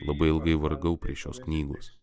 labai ilgai vargau prie šios knygos